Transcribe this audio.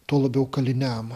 tuo labiau kaliniam